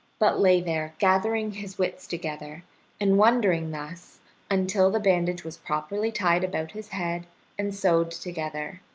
but lay there gathering his wits together and wondering thus until the bandage was properly tied about his head and sewed together.